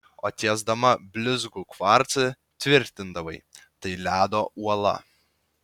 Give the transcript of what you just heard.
o tiesdama blizgų kvarcą tvirtindavai tai ledo uola